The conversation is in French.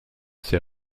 ces